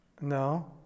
No